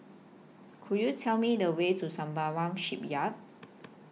Could YOU Tell Me The Way to Sembawang Shipyard